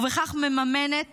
ובכך מממנת